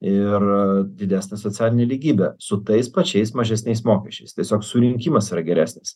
ir didesnė socialinė lygybė su tais pačiais mažesniais mokesčiais tiesiog surinkimas yra geresnis